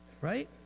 Right